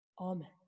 Amen